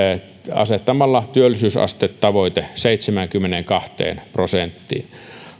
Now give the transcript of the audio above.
asettamalla työllisyysastetavoitteen seitsemäänkymmeneenkahteen prosenttiin